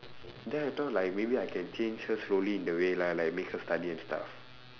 then I thought like maybe I can change her slowly in the way lah like make her study and stuff